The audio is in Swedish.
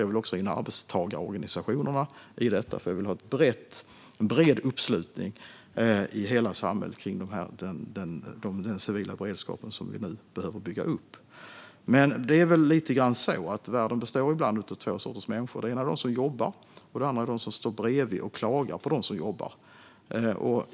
Jag vill också ha in arbetstagarorganisationerna i detta eftersom jag vill ha bred uppslutning i hela samhället kring den civila beredskapen, som vi nu behöver bygga upp. Det är väl lite grann så att världen ibland består av två sorters människor. Den ena är de som jobbar, och den andra är de som står bredvid och klagar på dem som jobbar.